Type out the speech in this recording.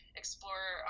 explore